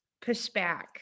pushback